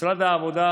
משרד העבודה,